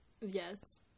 yes